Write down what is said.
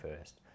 first